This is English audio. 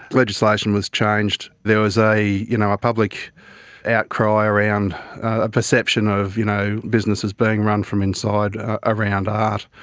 legislation was changed. there was a you know a public outcry around ah perception of you know businesses being run from inside around art.